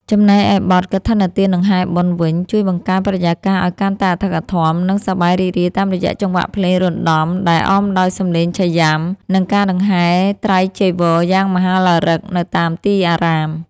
ចំណែកឯបទ កឋិនទានដង្ហែបុណ្យ វិញ ជួយបង្កើនបរិយាកាសឱ្យកាន់តែអធិកអធម និងសប្បាយរីករាយតាមរយៈចង្វាក់ភ្លេងរណ្តំដែលអមដោយសម្លេងឆៃយ៉ាំ និងការដង្ហែត្រៃចីវរយ៉ាងមហោឡារិកនៅតាមទីអារាម។